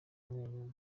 kumwenyura